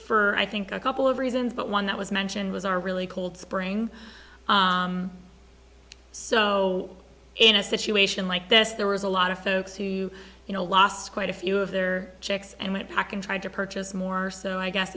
for i think a couple of reasons but one that was mentioned was our really cold spring so in a situation like this there was a lot of folks who you know lost quite a few of their checks and went back and tried to purchase more so i guess